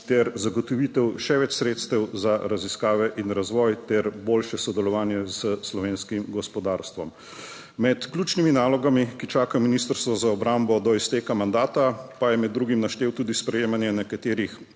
ter zagotovitev še več sredstev za raziskave in razvoj ter boljše sodelovanje s slovenskim gospodarstvom. Med ključnimi nalogami, ki čakajo Ministrstvo za obrambo do izteka mandata, pa je med drugim naštel tudi sprejemanje nekaterih